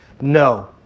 no